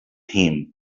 him